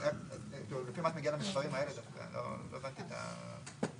אז לפי מה את מגיעה למספרים האלה לא הבנתי איך?